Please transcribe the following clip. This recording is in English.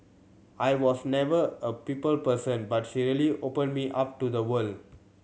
I was never a people person but she really opened me up to the world